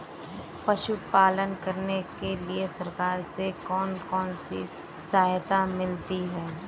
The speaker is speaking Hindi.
पशु पालन करने के लिए सरकार से कौन कौन सी सहायता मिलती है